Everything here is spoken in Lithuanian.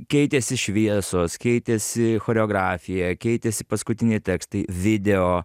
keitėsi šviesos keitėsi choreografija keitėsi paskutiniai tekstai video